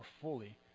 fully